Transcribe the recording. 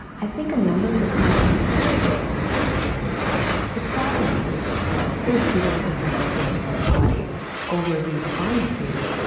i think a number of the compounding pharmacies do an outstanding job. the problem is in the states we don't have any regulatory body over these pharmacies.